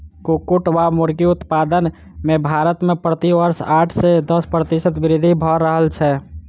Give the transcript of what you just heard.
कुक्कुट वा मुर्गी उत्पादन मे भारत मे प्रति वर्ष आठ सॅ दस प्रतिशत वृद्धि भ रहल छै